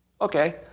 Okay